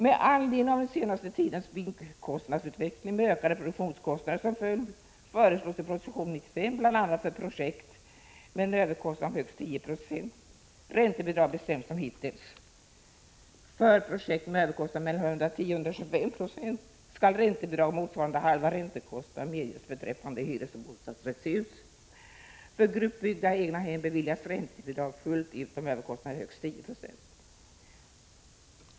Med anledning av den senaste tidens byggkostnadsutveckling med ökade produktionskostnader som följd föreslås i proposition 95 bl.a. att räntebidraget för projekt med en överkostnad om högst 10 96 bestäms som hittills. För projekt med överkostnader mellan 110 och 125 9 skall räntebidrag motsvarande halva räntekostnaden medges beträffande hyresoch bostadsrättshus. För gruppbyggda egnahem beviljas räntebidrag fullt ut om överkostnaden är högst 10 9e.